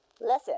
Listen